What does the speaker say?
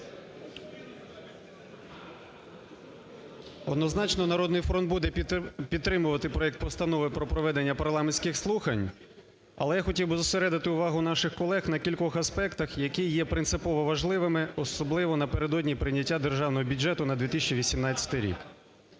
Однозначно, "Народний фронт" буде підтримувати проект Постанови про проведення парламентських слухань, але я хотів би зосередити увагу наших колег на кількох аспектах, які є принципово важливими, особливо напередодні прийняття Державного бюджету на 2018 рік.